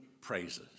praises